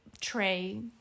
tray